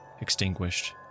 Extinguished